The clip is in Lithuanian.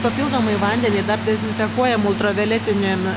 papildomai vandenį dar dezinfekuojam ultravioletinė